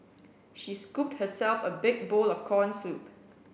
she scooped herself a big bowl of corn soup